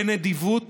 בנדיבות